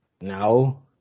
No